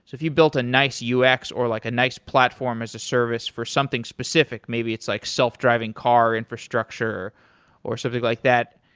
if you built a nice ux or like a nice platform as a service for something specific, maybe it's like self-driving car infrastructure or something like that,